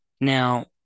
now